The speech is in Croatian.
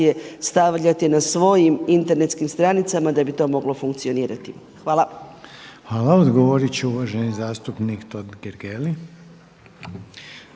stavljati na svojim internetskim stranicama da bi to moglo funkcionirati. Hvala. **Reiner, Željko (HDZ)** Hvala. Odgovoriti će uvaženi zastupnik Totgergeli.